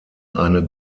eine